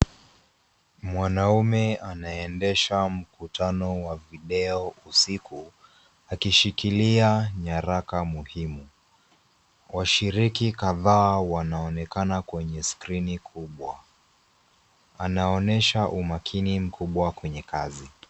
Mwanaume anaeendesha mkutano wa video usiku, akishikilia nyaraka muhimu. Washiriki kadhaa wanaonekana kwenye skrini kubwa. Anaonyesha umakini mkubwa kwenye kazi.